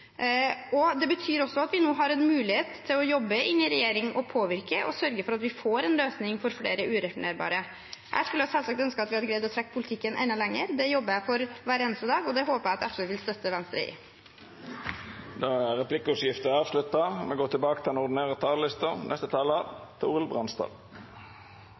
og det betyr også at vi nå har en mulighet til å jobbe inn i regjering og påvirke og sørge for at vi får en løsning for flere ureturnerbare. Jeg skulle selvsagt ha ønsket at vi hadde greid å trekke politikken enda lenger. Det jobber jeg for hver eneste dag, og det håper jeg at SV vil støtte Venstre i. Då er replikkordskiftet slutt. Innvandrings- og integreringspolitikken ser ut til å fungere som en viktig arena for å markere verdier og